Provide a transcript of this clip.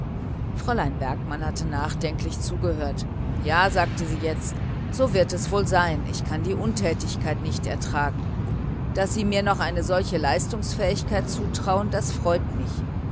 fräulein bergmann hatte nachdenklich zugehört ja sagte sie jetzt so wird es wohl sein ich kann die untätigkeit nicht ertragen daß sie mir noch solch eine leistungsfähigkeit zutrauen das freut mich